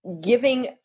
giving